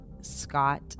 Scott